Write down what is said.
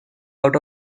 out